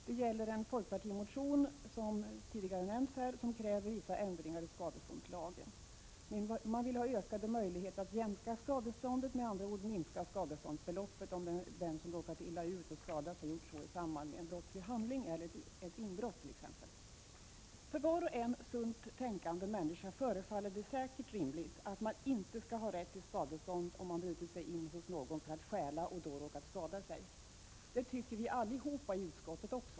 Detta gäller en folkpartimotion som kräver vissa ändringar i skadeståndslagen. Man vill ha ökade möjligheter att jämka skadeståndet — med andra ord minska skadeståndsbeloppet — om den som råkat illa ut och skadat sig gjort så i samband med en brottslig handling, t.ex. ett inbrott. För varje sunt tänkande människa förefaller det säkert rimligt att man inte skall ha rätt till skadestånd om man brutit sig in hos någon för att stjäla och då råkat skada sig. Det tycker vi också allihop i utskottet.